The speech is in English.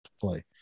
play